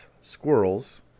squirrels